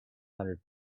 hundred